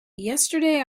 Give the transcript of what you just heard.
yesterday